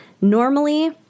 Normally